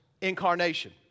Incarnation